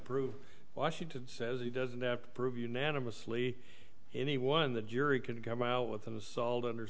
prove washington says he doesn't have to prove unanimously any one the jury can come out with some salt under